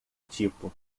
tipo